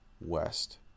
West